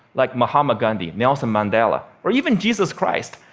like mahatma gandhi, nelson mandela, or even jesus christ.